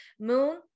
moon